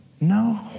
No